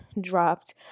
dropped